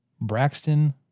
Braxton